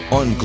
on